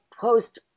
post